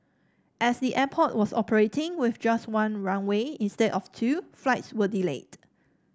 as the airport was operating with just one runway instead of two flights were delayed